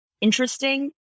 interesting